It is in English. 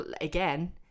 again